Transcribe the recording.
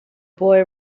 boy